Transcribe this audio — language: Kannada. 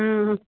ಹ್ಞೂ